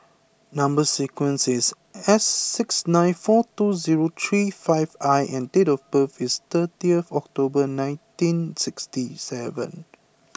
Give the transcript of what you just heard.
number sequence is S six nine four two zero three five I and date of birth is thirty October nineteen sixty seven